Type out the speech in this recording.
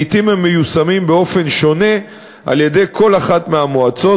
לעתים הם מיושמים באופן שונה על-ידי כל אחת מהמועצות,